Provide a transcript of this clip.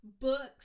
books